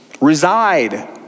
reside